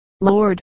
Lord